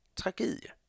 tragedie